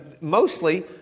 mostly